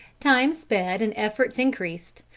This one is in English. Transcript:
time sped and efforts increased,